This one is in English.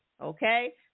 Okay